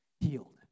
healed